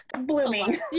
blooming